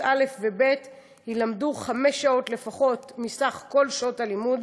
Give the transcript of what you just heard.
א' וב' יילמדו חמש שעות לפחות מסך כל שעות הלימוד